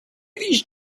these